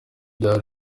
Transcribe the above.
ibyaha